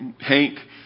Hank